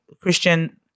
Christian